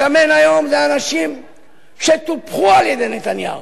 השמן היום זה אנשים שטופחו על-ידי נתניהו,